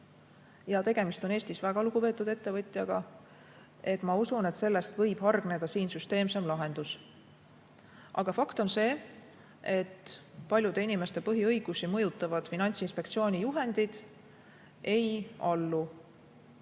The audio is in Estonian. Tegemist on Eestis väga lugupeetud ettevõtjaga. Ma usun, et sellest võib hargneda süsteemsem lahendus. Aga fakt on see, et paljude inimeste põhiõigusi mõjutavad Finantsinspektsiooni juhendid ei allu